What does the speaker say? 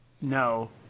no